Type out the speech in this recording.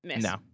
no